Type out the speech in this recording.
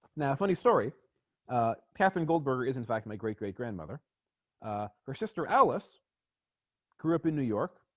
now a funny story catherine goldberger is in fact my great-great grandmother her sister alice grew up in new york